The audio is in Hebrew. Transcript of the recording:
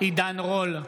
עידן רול,